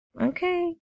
okay